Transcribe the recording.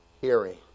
hearing